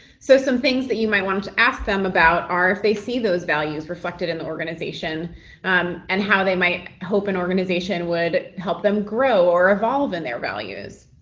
so some things that you might want to ask them about are if they see those values reflected in the organization and how they might hope an organization would help them grow or evolve in their values.